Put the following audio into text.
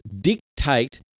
dictate